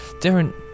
different